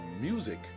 music